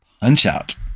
Punch-Out